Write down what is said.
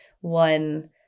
one